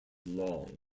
long